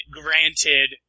granted